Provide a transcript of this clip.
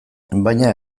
baina